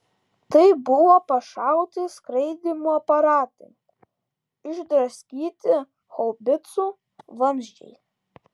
tai buvo pašauti skraidymo aparatai išdraskyti haubicų vamzdžiai